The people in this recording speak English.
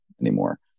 anymore